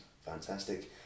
Fantastic